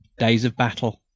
days of battle.